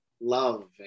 love